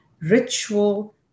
ritual